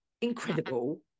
incredible